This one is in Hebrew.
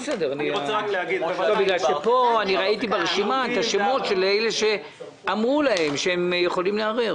בגלל שראיתי ברשימה את אלה שאמרו להם שהם יכולים לערער.